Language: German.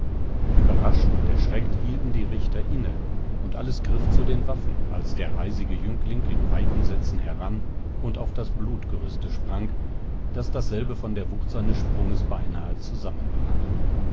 überrascht und erschreckt hielten die richter inne und alles griff zu den waffen als der reisige jüngling in weiten sätzen heran und auf das blutgerüste sprang daß dasselbe von der wucht seines sprunges beinahe zusammenbrach